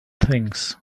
things